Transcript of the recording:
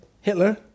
Hitler